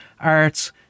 arts